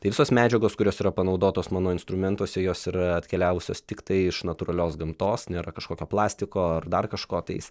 tai visos medžiagos kurios yra panaudotos mano instrumentuose jos yra atkeliavusios tiktai iš natūralios gamtos nėra kažkokio plastiko ar dar kažko tais